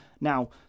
Now